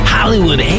Hollywood